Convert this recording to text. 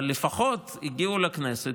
אבל לפחות הגיעו לכנסת,